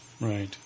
Right